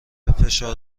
فشار